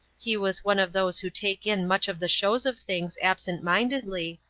he was one of those who take in much of the shows of things absent-mindedly,